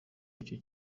icyo